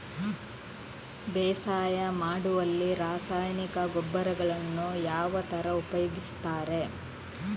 ಬೇಸಾಯ ಮಾಡುವಲ್ಲಿ ರಾಸಾಯನಿಕ ಗೊಬ್ಬರಗಳನ್ನು ಯಾವ ತರ ಉಪಯೋಗಿಸುತ್ತಾರೆ?